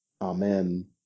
Amen